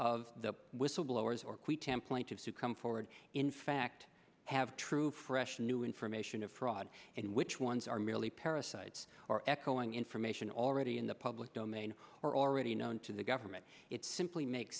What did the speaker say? of the whistleblowers or qui templated to come forward in fact have true fresh new information of fraud and which ones are merely parasites or echoing information already in the public domain or already known to the government it simply make